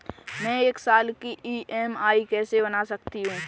मैं एक साल की ई.एम.आई कैसे बना सकती हूँ?